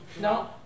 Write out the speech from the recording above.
No